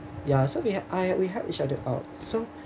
ya so we help I we help each other out so